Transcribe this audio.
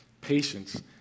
Patience